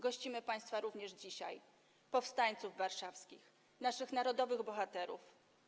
Gościmy państwa również dzisiaj, powstańców warszawskich, naszych narodowych bohaterów.